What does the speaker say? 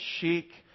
chic